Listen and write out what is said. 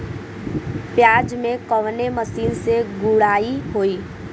प्याज में कवने मशीन से गुड़ाई होई?